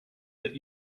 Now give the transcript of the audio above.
that